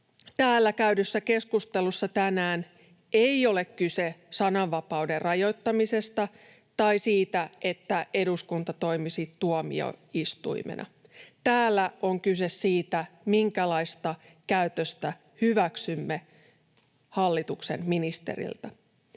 Täällä käydyssä keskustelussa tänään ei ole kyse sananvapauden rajoittamisesta tai siitä, että eduskunta toimisi tuomioistuimena. Täällä on kyse siitä, minkälaista käytöstä hyväksymme hallituksen ministeriltä.